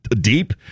deep